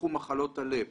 בתחום מחלות הלב.